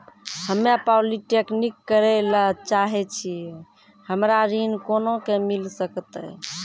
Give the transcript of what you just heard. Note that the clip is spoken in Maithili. हम्मे पॉलीटेक्निक करे ला चाहे छी हमरा ऋण कोना के मिल सकत?